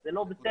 זה לא בסדר.